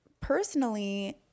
personally